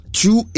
two